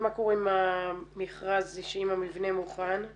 עם המכרז אם המבנה מוכן?